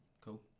Cool